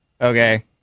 Okay